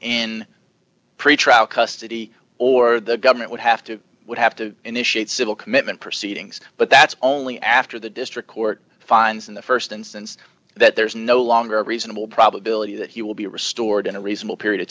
in pretrial custody or the government would have to would have to initiate civil commitment proceedings but that's only after the district court finds in the st instance that there is no longer a reasonable probability that he will be restored in a reasonable period of